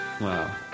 Wow